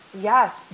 Yes